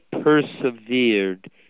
persevered